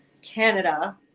canada